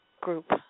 Group